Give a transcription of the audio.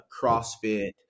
CrossFit